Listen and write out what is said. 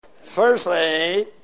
Firstly